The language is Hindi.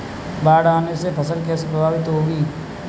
बाढ़ आने से फसल कैसे प्रभावित होगी?